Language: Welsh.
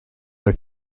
oedd